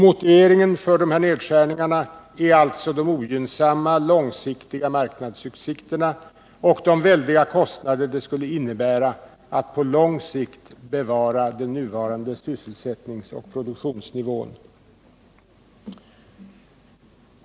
Motiveringen för de här nedskärningarna är alltså de ogynnsamma långsiktiga marknadsutsikterna och de väldiga kostnader det skulle innebära att på lång sikt bevara den nuvarande sysselsättningsoch produktionsnivån.